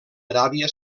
aràbia